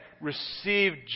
received